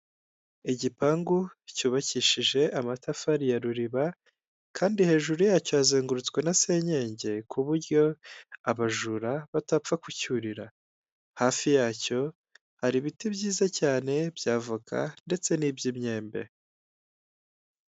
Igipangu cyubakishije amatafari ya ruriba kandi hejuru yacyo hazengurutswe na senyenge ku buryo abajura batapfa kucyurira, hafi yacyo hari ibiti byiza cyane by'avoka ndetse n'iby'imyembe.